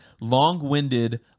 long-winded